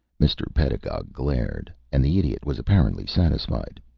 mr. pedagog glared, and the idiot was apparently satisfied.